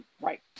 right